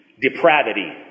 depravity